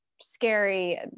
scary